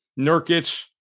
Nurkic